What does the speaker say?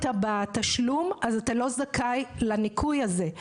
עמדת בתשלום של ההטבה הזו אתה לא זכאי לניכוי הזה.